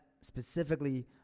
specifically